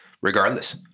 regardless